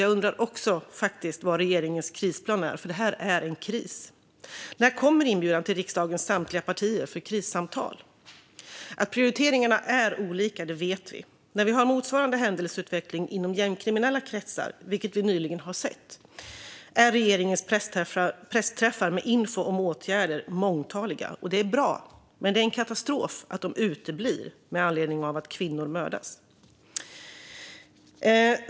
Jag undrar också var regeringens krisplan är, för det här är en kris. När kommer inbjudan till riksdagens samtliga partier för krissamtal? Att prioriteringarna är olika vet vi. När vi har motsvarande händelseutveckling inom gängkriminella kretsar, vilket vi nyligen har sett, är regeringens pressträffar med info om åtgärder mångtaliga. Det är bra. Men det är en katastrof att de uteblir med anledning av att kvinnor mördas.